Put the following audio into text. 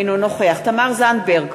אינו נוכח תמר זנדברג,